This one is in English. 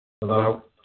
Hello